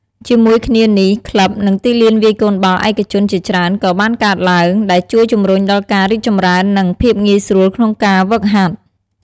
ជាមួយគ្នានេះ ក្លឹប និងទីលានវាយកូនបាល់ឯកជនជាច្រើនក៏បានកកើតឡើង ដែលជួយជំរុញដល់ការរីកចម្រើន និងភាពងាយស្រួលក្នុងការហ្វឹកហាត់។